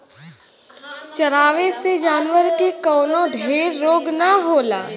चरावे से जानवर के कवनो ढेर रोग ना होला